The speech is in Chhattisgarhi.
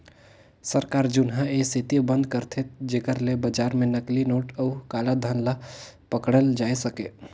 सरकार जुनहा ए सेती बंद करथे जेकर ले बजार में नकली नोट अउ काला धन ल पकड़ल जाए सके